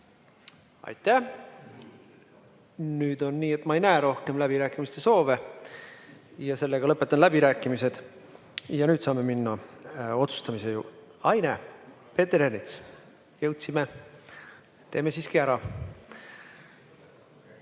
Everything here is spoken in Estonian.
Nüüd on nii, et ma ei näe rohkem läbirääkimise soove. Lõpetan läbirääkimised. Ja nüüd saame minna otsustamise juurde. Ai, näe, Peeter Ernits! Jõudsime, teeme siiski ära.